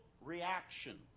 reaction